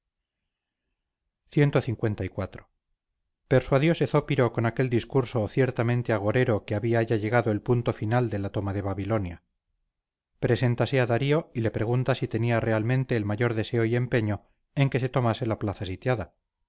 cliv persuadióse zópiro con aquel discurso ciertamente agorero que había ya llegado el punto fatal de la toma de babilonia preséntase a darío y le pregunta si tenía realmente el mayor deseo y empeño en que se tomase la plaza sitiada